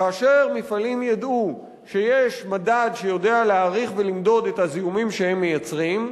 כאשר מפעלים ידעו שיש מדד שיודע להעריך ולמדוד את הזיהומים שהם מייצרים,